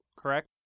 correct